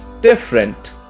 different